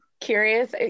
Curious